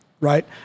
right